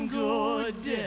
good